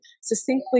succinctly